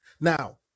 Now